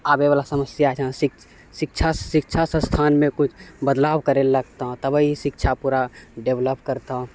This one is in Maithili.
आबैवला समस्या छऽ शिक्षा शिक्षा संस्थानमे किछु बदलाव करैलए तऽ तभिए शिक्षा पूरा डेवेलप करतऽ